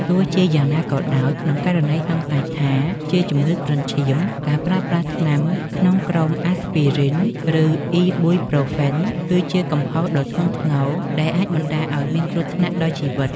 ទោះជាយ៉ាងណាក៏ដោយ ក្នុងករណីសង្ស័យថាជាជំងឺគ្រុនឈាម ការប្រើប្រាស់ថ្នាំក្នុងក្រុមអាស្ពីរីន (Aspirin) ឬអុីប៊ុយប្រូហ្វែន (Ibuprofen) គឺជាកំហុសដ៏ធ្ងន់ធ្ងរដែលអាចបណ្តាលឱ្យមានគ្រោះថ្នាក់ដល់ជីវិត។